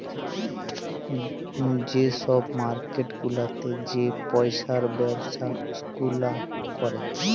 যে ছব মার্কেট গুলাতে যে পইসার ব্যবছা গুলা ক্যরে